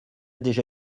déjà